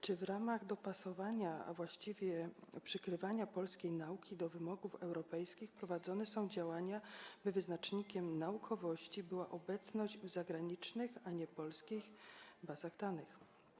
Czy w ramach dopasowywania, a właściwie przykrawania polskiej nauki do wymogów europejskich prowadzone są działania, by wyznacznikiem naukowości była obecność w zagranicznych, a nie polskich bazach danych?